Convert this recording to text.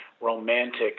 romantic